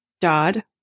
Dodd